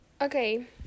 Okay